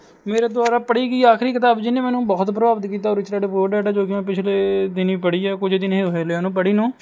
ਮੇਰੇ ਦੁਆਰਾ ਪੜ੍ਹੀ ਗਈ ਆਖ਼ਰੀ ਕਿਤਾਬ ਜਿਹਨੇ ਮੈਨੂੰ ਬਹੁਤ ਪ੍ਰਭਾਵਿਤ ਕੀਤਾ ਉਹ ਰਿੱਚ ਡੈਡ ਪੂਅਰ ਡੈਡ ਹੈ ਜੋ ਕਿ ਮੈਂ ਪਿਛਲੇ ਦਿਨੀਂ ਪੜ੍ਹੀ ਹੈ ਕੁਝ ਦਿਨ ਹੀ ਹੋਏ ਹਲੇ ਉਹਨੂੰ ਪੜ੍ਹੀ ਨੂੰ